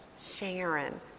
Sharon